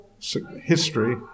history